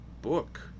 book